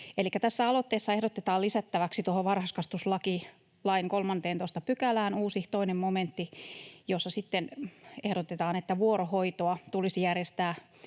tässä aloitteessa ehdotetaan lisättäväksi varhaiskasvatuslain 13 §:ään uusi, 2 momentti, jossa ehdotetaan, että vuorohoitoa tulisi järjestää